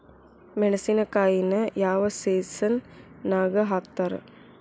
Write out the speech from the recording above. ಮೆಣಸಿನಕಾಯಿನ ಯಾವ ಸೇಸನ್ ನಾಗ್ ಹಾಕ್ತಾರ?